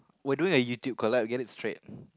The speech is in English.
we're doing a YouTube collab get it straight